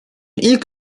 ilk